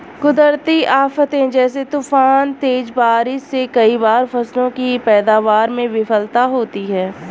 कुदरती आफ़ते जैसे तूफान, तेज बारिश से कई बार फसलों की पैदावार में विफलता होती है